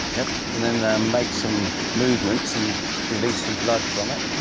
yep and then make some movements, and to release some blood from it.